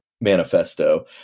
manifesto